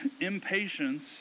impatience